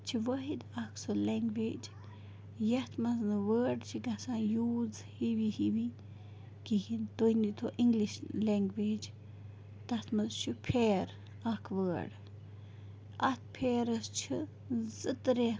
یہِ چھِ وٲحد اکھ سُہ لٮ۪نٛگویج یَتھ منٛز نہٕ وٲڈ چھِ گژھان یوٗز ہِوی ہِوی کِہیٖنۍ تُہۍ نِیٖتو اِنٛگلِش لٮ۪نٛگویج تَتھ منٛز چھُ پھیر اکھ وٲڈ اَتھ پھیرٕس چھِ زٕ ترٛےٚ